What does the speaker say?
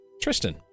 Tristan